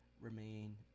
Remain